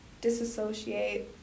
disassociate